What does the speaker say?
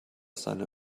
seine